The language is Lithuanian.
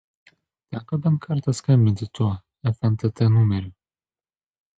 teko bent kartą skambinti tuo fntt numeriu